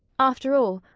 after all,